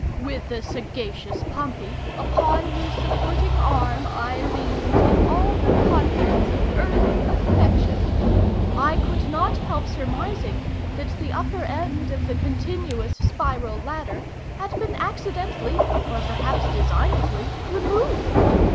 with the sagacious pompey, upon whose supporting arm i leaned in all the confidence of early affection i could not help surmising that the upper end of the continuous spiral ladder had been accidentally, or perhaps designedly, removed.